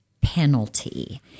penalty